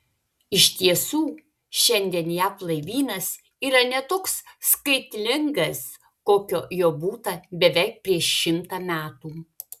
iš tiesų šiandien jav laivynas yra ne toks skaitlingas kokio jo būta beveik prieš šimtą metų